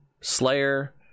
Slayer